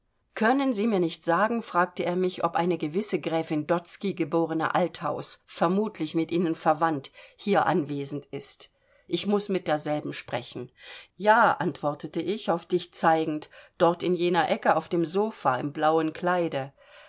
können sie mir nicht sagen fragte er mich ob eine gewisse gräfin dotzky geborene althaus vermutlich mit ihnen verwandt hier anwesend ist ich muß mit derselben sprechen ja antwortete ich auf dich zeigend dort in jener ecke auf dem sofa im blauen kleide